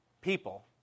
people